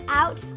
out